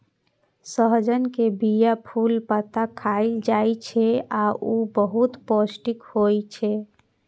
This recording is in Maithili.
सहजन के बीया, फूल, पत्ता खाएल जाइ छै आ ऊ बहुत पौष्टिक होइ छै